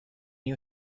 you